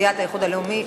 סיעת האיחוד הלאומי,